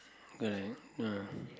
correct ya